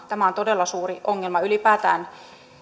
tämä on todella suuri ongelma ylipäätään